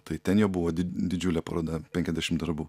tai ten jo buvo didžiulė paroda penkiasdešim darbų